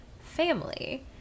family